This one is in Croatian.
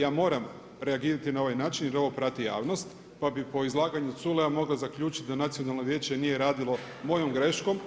Ja moram reagirati na ovaj način jer ovo prati javnost pa bi po izlaganju Culeja mogla zaključiti da nacionalno vijeće nije radilo mojom greškom.